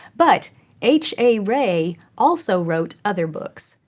but h. a. rey also wrote other books.